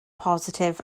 positif